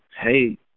hey